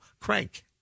Crank